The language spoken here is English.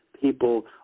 people